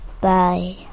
bye